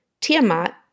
Tiamat